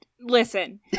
Listen